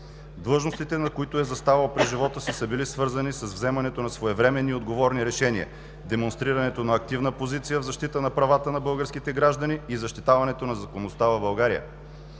Длъжностите, на които е заставал през живота си, са били свързани с вземането на своевременни и отговорни решения, демонстрирането на активна позиция в защита на правата на българските граждани и защитаването на законността в България.